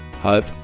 hope